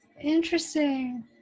Interesting